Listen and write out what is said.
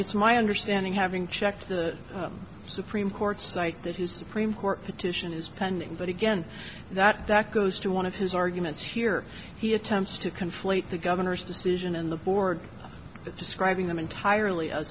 it's my understanding having checked the supreme court cite that his supreme court petition is pending but again that that goes to one of his arguments here he attempts to conflate the governor's decision and the board that describing them entirely